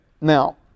now